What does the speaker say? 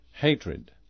hatred